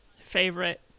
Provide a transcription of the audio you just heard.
favorite